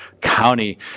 county